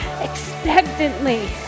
expectantly